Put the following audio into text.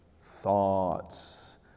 thoughts